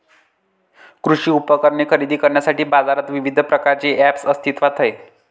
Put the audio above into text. कृषी उपकरणे खरेदी करण्यासाठी बाजारात विविध प्रकारचे ऐप्स अस्तित्त्वात आहेत